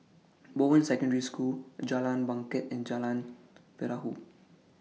Bowen Secondary School Jalan Bangket and Jalan Perahu